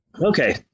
Okay